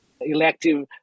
elective